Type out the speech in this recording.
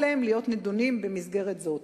אל להם להידון במסגרת זאת.